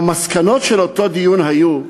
והמסקנות של אותו דיון היו: